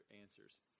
answers